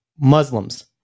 Muslims